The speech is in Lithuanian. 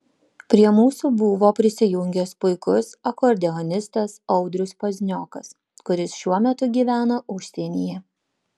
prie mūsų buvo prisijungęs puikus akordeonistas audrius pazniokas kuris šiuo metu gyvena užsienyje